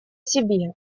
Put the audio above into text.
себе